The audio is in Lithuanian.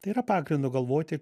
tai yra pagrindo galvoti